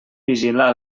vigilar